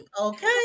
okay